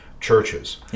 churches